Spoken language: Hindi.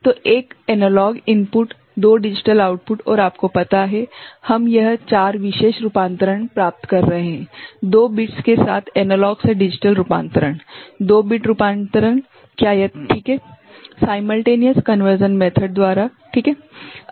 तो 1 एनालॉग इनपुट 2 डिजिटल आउटपुट और आपको पता है हम यह 4 विशेष रूपांतरण प्राप्त कर रहे हैं 2 बिट्स के साथ एनालॉग से डिजिटल रूपांतरण 2 बिट रूपांतरण क्या यह ठीक है साइमल्टेनियस कन्वर्शन मेथड द्वारा ठीक है